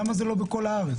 למה זה לא בכל הארץ?